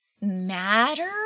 matter